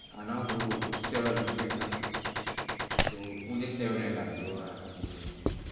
I na go to sierra leone freetown so only sierra leone and liberia I na visit.